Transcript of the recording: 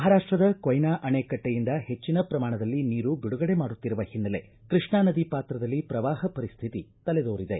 ಮಹಾರಾಷ್ಟದ ಕೊಯ್ನಾ ಅಣೆಕಟ್ಟೆಯಿಂದ ಹೆಚ್ಚಿನ ಪ್ರಮಾಣದಲ್ಲಿ ನೀರು ಬಿಡುಗಡೆ ಮಾಡುತ್ತಿರುವ ಹಿನ್ನೆಲೆ ಕೃಷ್ಣಾ ನದಿ ಪಾತ್ರದಲ್ಲಿ ಪ್ರವಾಪ ಪರಿಸ್ಥಿತಿ ತಲೆದೋರಿದೆ